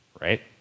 right